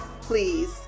please